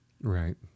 Right